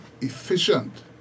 efficient